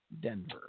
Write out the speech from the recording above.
Denver